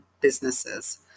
businesses